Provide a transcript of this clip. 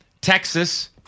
Texas